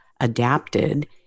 adapted